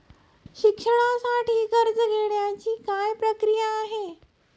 शिक्षणासाठी कर्ज घेण्याची काय प्रक्रिया आहे?